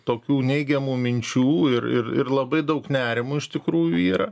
tokių neigiamų minčių ir ir ir labai daug nerimo iš tikrųjų yra